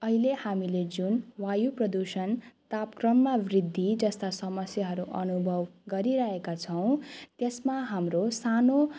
अहिले हामीले जुन वायु प्रदूषण तापक्रममा वृद्धि जस्ता समस्याहरू अनुभव गरिरहेका छौँ त्यसमा हाम्रो सानो